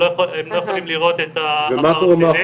הם לא יכולים לראות את העבר הפלילי.